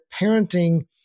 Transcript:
parenting